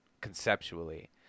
conceptually